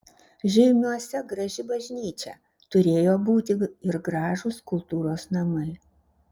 žeimiuose graži bažnyčia turėjo būti ir gražūs kultūros namai